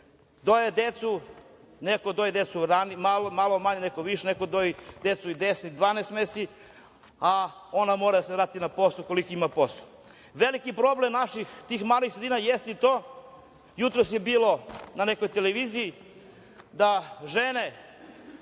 doje decu, neko doji decu malo manje, neko više, neko doji decu deset, 12 meseci, a ona mora da se vrati na posao ukoliko ima posao. Veliki problem naših tih malih sredina jeste i to, jutros je bilo na nekoj televiziji da žene